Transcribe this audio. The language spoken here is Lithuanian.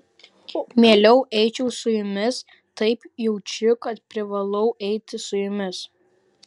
mieliau eičiau su jumis taip jaučiu kad privalau eiti su jumis